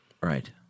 Right